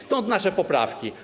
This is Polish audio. Stąd nasze poprawki.